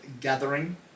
gathering